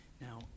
Now